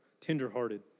tenderhearted